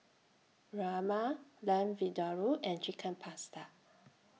Rajma Lamb Vindaloo and Chicken Pasta